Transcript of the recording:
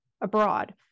abroad